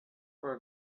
for